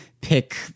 pick